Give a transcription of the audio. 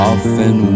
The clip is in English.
Often